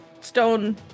stone